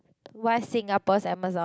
why Singapore's Amazon